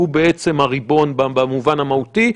הוא בעצם הריבון במובן המהותי,